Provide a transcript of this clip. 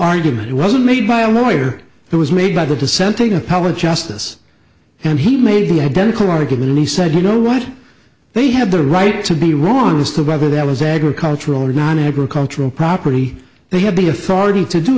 argument wasn't made by a lawyer it was made by the dissenting appellate justice and he made the identical argument and he said you know what they have the right to be wrong as to whether that was agricultural or non agricultural property they have the authority to do